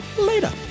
later